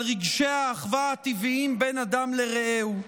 רגשי האחווה הטבעיים בין אדם לרעהו.